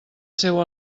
seu